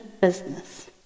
business